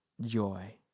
joy